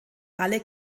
alle